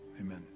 Amen